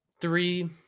three